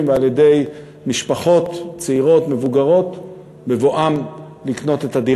ולמשפחות צעירות ומבוגרות בבואם לקנות אותן.